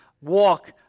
walk